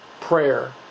prayer